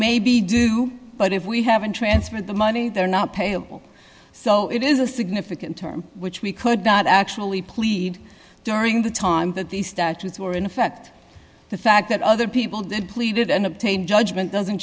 may be due but if we haven't transferred the money they're not payable so it is a significant term which we could not actually plead during the time that these statutes were in effect the fact that other people depleted and obtain judgment doesn't